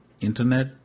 internet